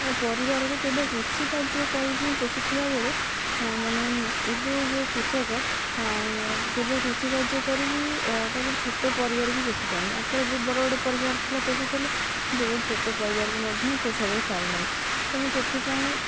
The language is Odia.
ତା'ର ପରିବାରକୁ କେବଳ କୃଷି କାର୍ଯ୍ୟ କରିକି ପୋଷୁଥିବା ବେଳେ ମାନେ ଏବେ ଯେଉଁ କୃଷକ କେବଳ କୃଷି କାର୍ଯ୍ୟ କରିକି ତା'ପଟେ ଛୋଟ ପରିବାର କି ପୋଷି ପାରୁନି ଆଗକାଳରେ ବହୁତ ବଡ଼ ବଡ଼ ପରିବାର ଥିଲା ପୋଷୁ ଥିଲେ କିନ୍ତୁ ଏବେଟେ ଛୋଟ ପରିବାରକୁ ମଧ୍ୟ ପୋଷା ଯାଇପାରୁନାହିଁ ତେଣୁ ସେଥିପାଇଁ